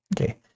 Okay